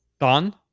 done